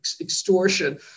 extortion